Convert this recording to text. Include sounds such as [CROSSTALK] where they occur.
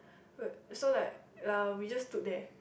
[NOISE] so like uh we just stood there